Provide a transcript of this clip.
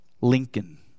Lincoln